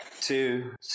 two